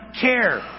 care